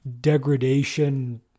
degradation